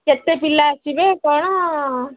କେତେ ପିଲା ଆସିବେ କ'ଣ